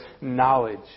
knowledge